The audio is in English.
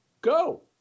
go